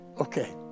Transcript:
okay